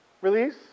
release